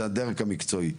זה הדרך המקצועי.